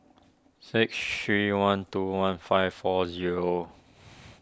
six three one two one five four zero